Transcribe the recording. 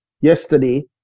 yesterday